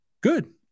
good